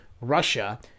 Russia